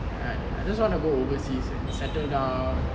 I I just want to go overseas and settle down